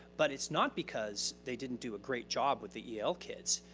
but it's not because they didn't do a great job with the el kids.